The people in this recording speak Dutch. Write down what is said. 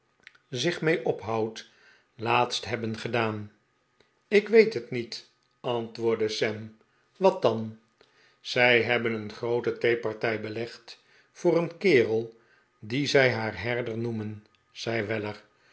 zich mee ophoudt laatst hebben gedaan ik weet het niet antwoordde sam wat dan zij hebben een groote theepartij belegd voor een kerel dien zij haar herder noemen zei